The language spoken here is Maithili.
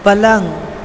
पलङ्ग